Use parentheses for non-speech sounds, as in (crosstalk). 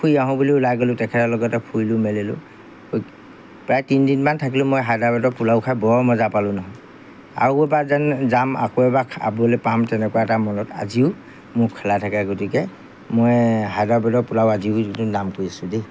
ফুৰি আহোঁ বুলি ওলাই গ'লোঁ তেখেতৰ লগতে ফুৰিলোঁ মেলিলোঁ (unintelligible) প্ৰায় তিনিদিনমান থাকিলোঁ মই হায়দৰাবাদৰ পোলাও খাই বৰ মজা পালোঁ নহয় আৰু এবাৰ যেন যাম আকৌ এবাৰ খাবলৈ পাম তেনেকুৱা এটা মনত আজিও মোৰ খেলাই থাকে গতিকে মই হায়দৰাবাদৰ পোলাও আজিও যিটো নাম কৰিছোঁ দেই